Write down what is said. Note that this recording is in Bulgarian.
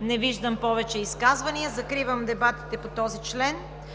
Не виждам повече желаещи за изказвания. Закривам дебатите по този член.